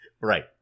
Right